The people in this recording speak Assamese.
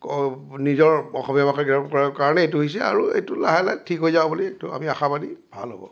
নিজৰ অসমীয়া ভাষাৰ কিতাপ পঢ়াৰ কাৰণেই এইটো হৈছে আৰু এইটো লাহে লাহে ঠিক হৈ যাব বুলি আমি আশাবাদী ভাল হ'ব